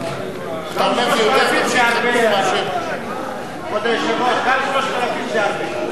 אדוני היושב-ראש, גם 3,000 זה הרבה.